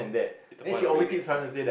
is the point of raising